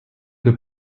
they